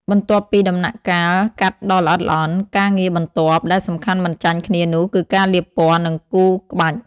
បន្ទាប់ពីដំណាក់កាលកាត់ដ៏ល្អិតល្អន់ ការងារបន្ទាប់ដែលសំខាន់មិនចាញ់គ្នានោះគឺការលាបពណ៌ និងគូរក្បាច់។